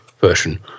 version